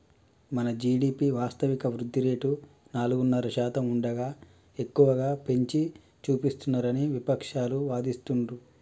మన జీ.డి.పి వాస్తవిక వృద్ధి రేటు నాలుగున్నర శాతం ఉండగా ఎక్కువగా పెంచి చూపిస్తున్నారని విపక్షాలు వాదిస్తుండ్రు